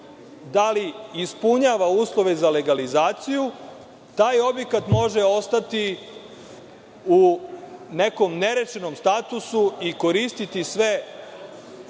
da li ispunjava uslove za legalizaciju, taj objekat može ostati u nekom nerešenom statusu i koristiti sve